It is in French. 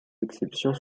exceptions